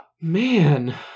man